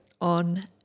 on